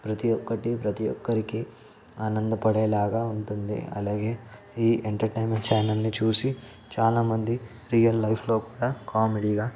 ప్రతీ ఒక్కటీ ప్రతీ ఒక్కరికీ ఆనందపడేలాగా ఉంటుంది అలాగే ఈ ఎంటర్టైన్మెంట్ ఛానల్ని చూసి చాలా మంది రియల్ లైఫ్లో కూడా కామెడీగా